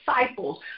disciples